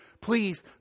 Please